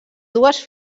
dues